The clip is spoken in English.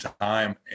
time